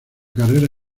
carrera